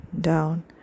down